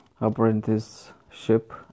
Apprenticeship